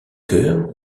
cœur